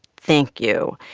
thank you.